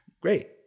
Great